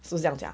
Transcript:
是这样讲